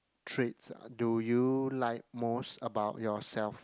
traits do you like most about yourself